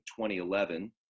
2011